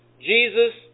Jesus